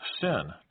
sin